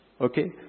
Okay